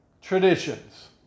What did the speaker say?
traditions